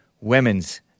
women's